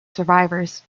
survivors